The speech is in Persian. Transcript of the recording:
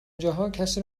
جاها، کسی